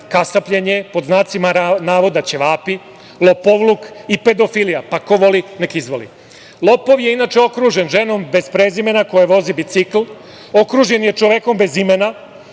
kasapljenje, „ćevapi“, lopovluk i pedofilija, pa ko voli, nek izvoli. Lopov je inače okružen ženom bez prezimena koja vozi bicikl, okružen je čovekom bez imena